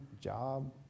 job